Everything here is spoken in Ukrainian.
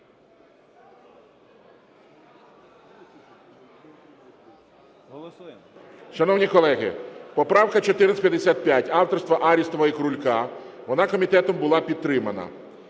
Шановні колеги, поправка 1455 авторства Арістова і Крулька. Вона комітетом була підтримана.